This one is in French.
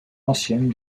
anciennes